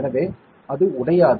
எனவே அது உடையாது